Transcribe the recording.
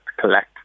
collect